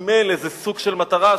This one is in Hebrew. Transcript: וסימל איזה סוג של מטרה,